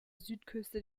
südküste